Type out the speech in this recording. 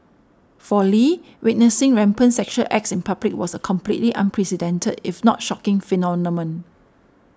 for Lee witnessing rampant sexual acts in public was a completely unprecedented if not shocking phenomenon